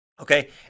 okay